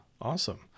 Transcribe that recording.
Awesome